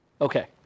Okay